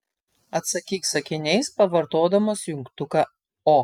atsakyk sakiniais pavartodamas jungtuką o